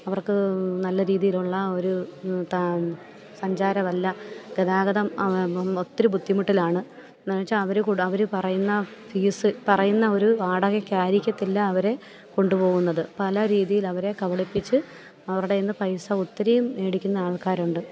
അവർക്ക് നല്ല രീതിയിലുള്ള ഒരു സഞ്ചാരമല്ല ഗതാഗതം ഒത്തിരി ബുദ്ധിമുട്ടിലാണ് എന്നുവച്ചാല് അവര് കൂട അവര് പറയുന്ന ഫീസ് പറയുന്ന ഒരു വാടകയ്ക്കായിരിക്കത്തില്ല അവര് കൊണ്ടുപോകുന്നത് പല രീതിയിൽ അവരെ കബളിപ്പിച്ച് അവര്ടേന്ന് പൈസ ഒത്തിരി മേടിക്കുന്ന ആൾക്കാരുണ്ട്